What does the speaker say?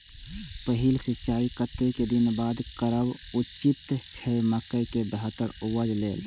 पहिल सिंचाई कतेक दिन बाद करब उचित छे मके के बेहतर उपज लेल?